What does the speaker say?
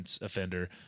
offender